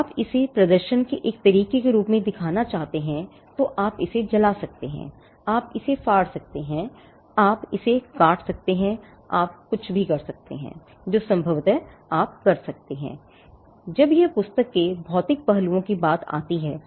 यदि आप इसे प्रदर्शन के एक तरीके के रूप में दिखाना चाहते हैं तो आप इसे जला सकते हैं आप इसे फाड़ सकते हैं आप इसे काट सकते हैं आप कुछ भी कर सकते हैं जो संभवतः आप कर सकते हैं जब यह पुस्तक के भौतिक पहलुओं की बात आती है